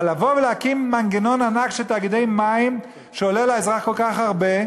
אבל לבוא ולהקים מנגנון ענק של תאגידי מים שעולה לאזרח כל כך הרבה,